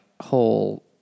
whole